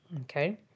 Okay